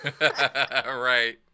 Right